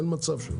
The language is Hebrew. אין מצב שלא.